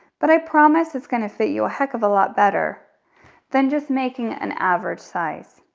but i promise it's gonna fit you a heck of a lot better than just making an average size.